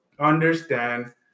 Understand